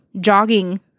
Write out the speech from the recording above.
jogging